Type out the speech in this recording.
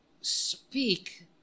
speak